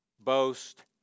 boast